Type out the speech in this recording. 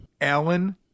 Alan